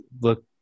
look